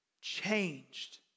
changed